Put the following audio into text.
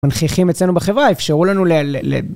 מנחיכים אצלנו בחברה, אפשרו לנו ל...